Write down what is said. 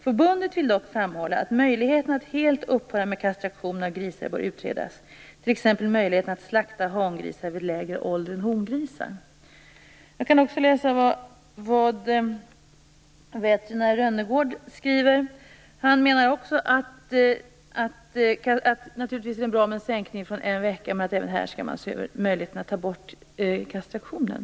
Förbundet vill dock framhålla att möjligheten att helt upphöra med kastraktion av grisar bör utredas, t.ex. Jag kan också nämna vad veterinär Rönnegård skriver. Han menar också att det naturligtvis är bra med en sänkning till en vecka, men även han anser att man skall se över möjligheten att ta bort kastraktionen.